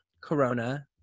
corona